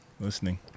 Listening